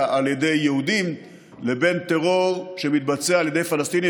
על ידי יהודים לבין טרור שמתבצע על ידי פלסטינים,